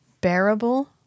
bearable